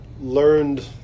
learned